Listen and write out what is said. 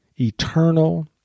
eternal